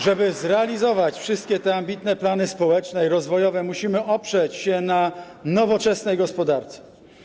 Żeby zrealizować wszystkie te ambitne plany społeczne i rozwojowe, musimy oprzeć się na nowoczesnej gospodarce.